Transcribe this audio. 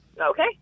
Okay